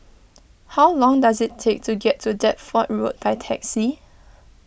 how long does it take to get to Deptford Road by taxi